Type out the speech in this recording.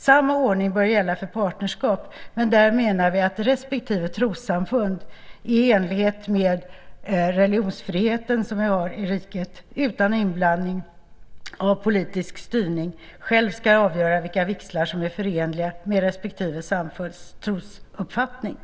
Samma ordning bör gälla för partnerskap, men där menar vi att respektive trossamfund i enlighet med den religionsfrihet vi har i riket, utan inblandning av politisk styrning själv ska avgöra vilka vigslar som är förenliga med respektive trossamfunds trosuppfattning.